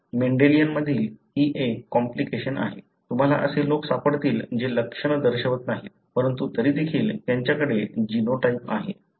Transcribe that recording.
Mendelian मधील ही एक कॉम्प्लिकेशन आहे तुम्हाला असे लोक सापडतील जे लक्षण दर्शवत नाहीत परंतु तरी देखील त्यांच्याकडे जीनोटाइप आहे